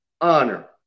honor